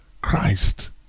Christ